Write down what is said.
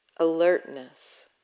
Alertness